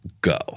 go